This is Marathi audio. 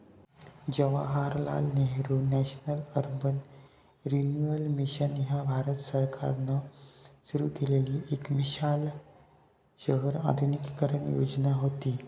Jawaharlal Nehru National Urban Renewal Mission ह्या भारत सरकारान सुरू केलेली एक विशाल शहर आधुनिकीकरण योजना व्हती